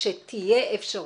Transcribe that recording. שתהיה אפשרות.